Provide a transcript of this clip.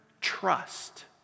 trust